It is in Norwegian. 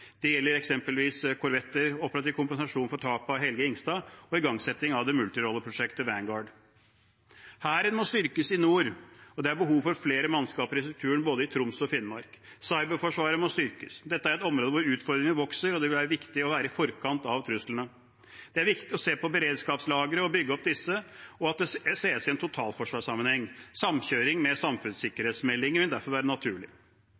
Det gjelder eksempelvis korvetter, operativ kompensasjon for tapet av KNM Helge Ingstad og igangsetting av multirolleprosjektet Vanguard. Hæren må styrkes i nord, og det er behov for flere mannskaper i strukturen i både Troms og Finnmark. Cyberforsvaret må styrkes. Dette er et område hvor utfordringene vokser, og det vil være viktig å være i forkant av truslene. Det er viktig å se på beredskapslagre og bygge opp disse, og at det ses i en totalforsvarssammenheng. Samkjøring med samfunnssikkerhetsmeldingen vil være naturlig.